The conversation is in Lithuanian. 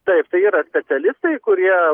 taip tai yra specialistai kurie